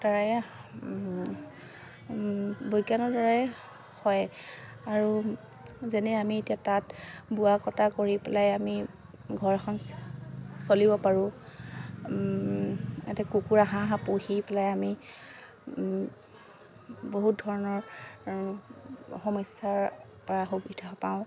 দ্বাৰাই বৈজ্ঞানৰ দ্বাৰাই হয় আৰু যেনে আমি এতিয়া তাঁত বোৱা কটা কৰি পেলাই আমি ঘৰখন চলিব পাৰোঁ ইয়াতে কুকুৰা হাঁহ পুহি পেলাই আমি বহুত ধৰণৰ সমস্যাৰ পৰা সুবিধা পাওঁ